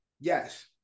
Yes